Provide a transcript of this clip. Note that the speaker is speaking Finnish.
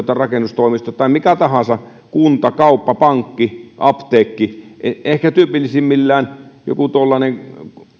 tai rakennustoimisto tai mikä tahansa kunta kauppa pankki apteekki ehkä tyypillisimmillään joku tuollainen